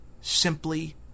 Simply